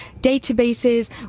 databases